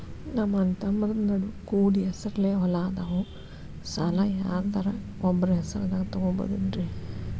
ನಮ್ಮಅಣ್ಣತಮ್ಮಂದ್ರ ನಡು ಕೂಡಿ ಹೆಸರಲೆ ಹೊಲಾ ಅದಾವು, ಸಾಲ ಯಾರ್ದರ ಒಬ್ಬರ ಹೆಸರದಾಗ ತಗೋಬೋದೇನ್ರಿ?